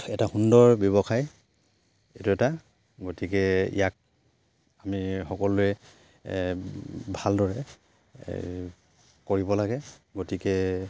এটা সুন্দৰ ব্যৱসায় এইটো এটা গতিকে ইয়াক আমি সকলোৱে ভালদৰে কৰিব লাগে গতিকে